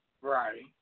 Right